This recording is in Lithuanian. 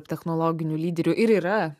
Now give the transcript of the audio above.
technologiniu lyderiu ir yra